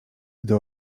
gdy